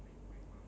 oh